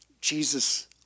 Jesus